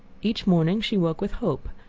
each morning she awoke with hope,